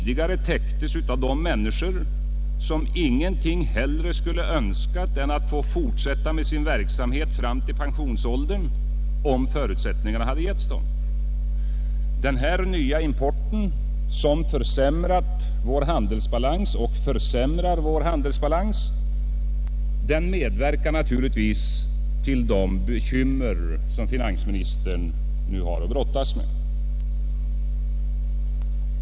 Detta behov täcktes tidigare av människor som ingenting hellre skulle ha önskat än att få fortsätta med sin verksamhet fram till pensionsåldern — om förutsättningarna hade getts dem. Denna nya import, som försämrat och försämrar vår handelsbalans, medverkar naturligtvis till de bekymmer som finansministern nu har att brottas med.